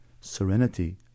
serenity